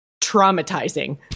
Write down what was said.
traumatizing